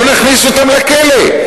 לא נכניס אותם לכלא,